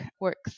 works